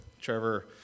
Trevor